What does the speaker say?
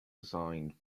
assigned